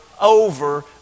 over